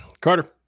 Carter